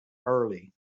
early